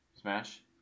Smash